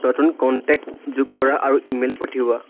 নতুন কণ্টেক্ট যোগ কৰা আৰু ইমেইল পঠিওৱা